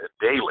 Daily